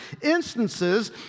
instances